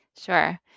Sure